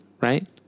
right